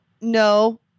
no